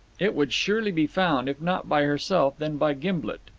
it would surely be found, if not by herself, then by gimblet.